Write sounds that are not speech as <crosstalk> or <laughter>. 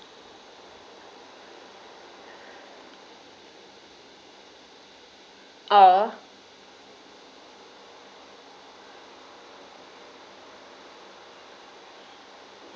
<breath> oh